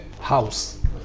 house